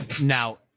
Now